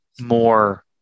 more